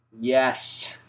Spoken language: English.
Yes